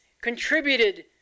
contributed